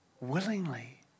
willingly